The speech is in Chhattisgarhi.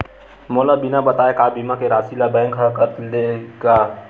मोला बिना बताय का बीमा के राशि ला बैंक हा कत लेते का?